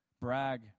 Brag